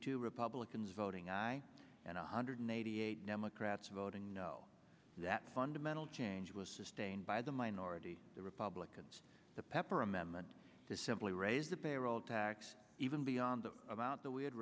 two republicans voting i and one hundred eighty eight democrats voting no that fundamental change was sustained by the minority the republicans the pepper amendment to simply raise the payroll tax even beyond the amount that we had